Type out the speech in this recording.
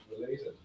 related